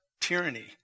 tyranny